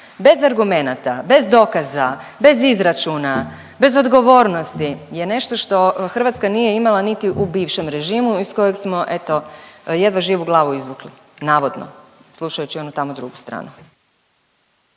bez argumenata, bez dokaza, bez izračuna, bez odgovornosti je nešto što Hrvatska nije imala niti u bivšem režimu iz kojem smo eto jedva živu glavu izvukli, navodno slušajući onu tamo drugu stranu.